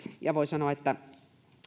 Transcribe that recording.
ja voi sanoa että